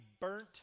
burnt